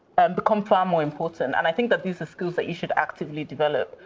and become far more important. and i think that these are skills that you should actively develop.